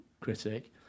critic